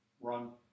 Run